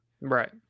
right